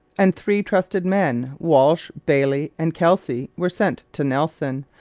and three trusted men, walsh, bailey, and kelsey, were sent to nelson,